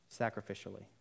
sacrificially